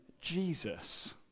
Jesus